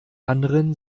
anderen